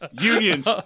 Unions